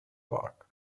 park